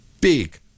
big